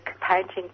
painting